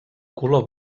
color